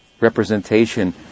representation